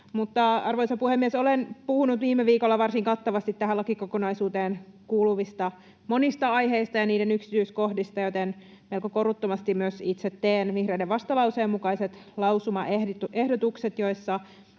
Arvoisa puhemies! Olen puhunut viime viikolla varsin kattavasti tähän lakikokonaisuuteen kuuluvista monista aiheista ja niiden yksityiskohdista, joten melko koruttomasti myös itse teen vihreiden vastalauseen mukaiset lausumaehdotukset: ”1.